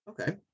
Okay